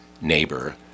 neighbor